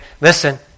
listen